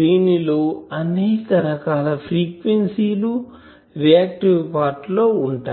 దీని లో అనేక రకాల ఫ్రీక్వెన్సీ లు రియాక్టివ్ పార్ట్ లో ఉంటాయి